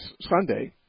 Sunday